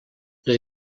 les